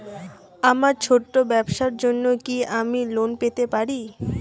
আমার ছোট্ট ব্যাবসার জন্য কি আমি লোন পেতে পারি?